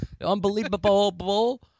Unbelievable